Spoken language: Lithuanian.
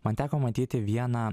man teko matyti vieną